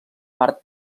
part